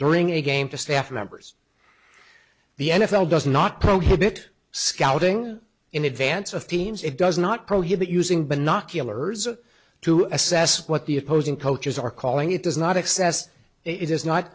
during a game to staff members the n f l does not prohibit scouting in advance of teams it does not prohibit using binoculars to assess what the opposing coaches are calling it does not excess it is not